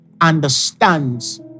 understands